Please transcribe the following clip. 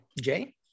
Jay